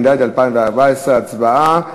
התשע"ד 2014. הצבעה,